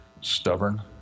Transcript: stubborn